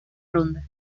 ronda